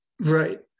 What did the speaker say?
right